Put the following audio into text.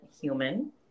human